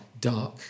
dark